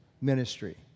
ministry